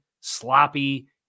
sloppy